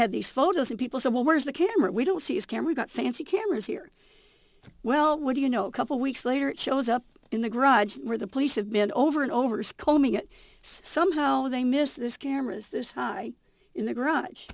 had these photos and people say well where's the camera we don't see is can we got fancy cameras here well what do you know a couple weeks later it shows up in the garage where the police have been over and over scolding it somehow they missed this cameras this high in the garage